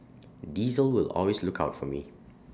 diesel will always look out for me